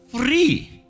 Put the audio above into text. free